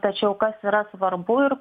tačiau kas yra svarbu ir